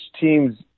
teams